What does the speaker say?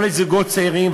לא לזוגות צעירים,